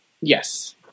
Yes